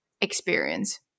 experience